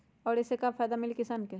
और ये से का फायदा मिली किसान के?